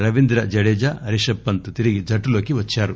రవీంద్ర జడేజా రిషట్ పంత్ తిరిగి జట్టులోకి వచ్చారు